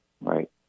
Right